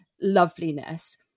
loveliness